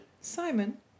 Simon